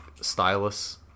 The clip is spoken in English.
stylus